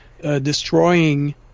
destroying